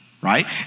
right